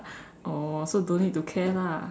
oh so don't need to care lah